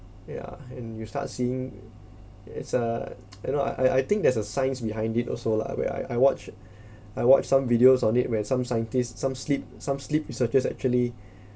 ya and you start seeing it's a you know I I think there's a science behind it also lah where I I watch I watch some videos on it where some scientists some sleep some sleep researchers actually